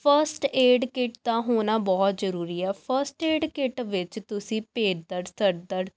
first aid kit ਦਾ ਹੋਣਾ ਬਹੁਤ ਜ਼ਰੂਰੀ ਆ ਫਸਟ ਏਡ ਕਿਟ ਵਿੱਚ ਤੁਸੀਂ ਪੇਟ ਦਰਦ ਸਿਰ ਦਰਦ